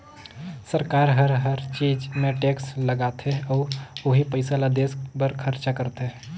सरकार हर हर चीच मे टेक्स लगाथे अउ ओही पइसा ल देस बर खरचा करथे